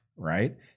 right